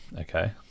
okay